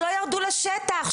שלא ירדו לשטח,